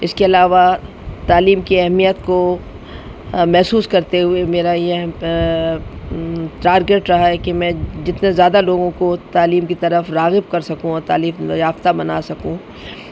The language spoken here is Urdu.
اس کے علاوہ تعلیم کی اہمیت کو محسوس کرتے ہوئے میرا یہ ٹارگیٹ رہا ہے کہ میں جتنے زیادہ لوگوں کو تعلیم کی طرف راغب کر سکوں اور تعلیم یافتہ بنا سکوں